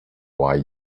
why